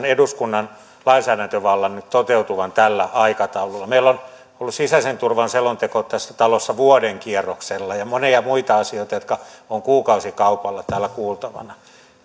eduskunnan lainsäädäntövallan nyt toteutuvan tällä aikataululla meillä on ollut sisäisen turvan selonteko tässä talossa vuoden kierroksella ja monia muita asioita jotka ovat kuukausikaupalla täällä kuultavana